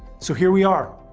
so here we are,